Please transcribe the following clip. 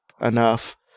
enough